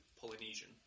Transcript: Polynesian